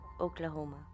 Oklahoma